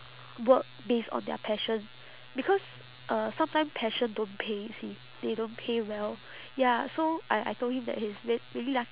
work based on their passion because uh sometime passion don't pay you see they don't pay well ya so I I told him that he's re~ really lucky